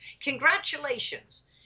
Congratulations